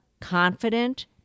confident